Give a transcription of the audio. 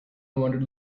wandered